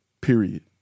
Period